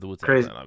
Crazy